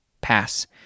pass